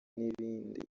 n’ibindi